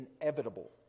inevitable